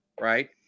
right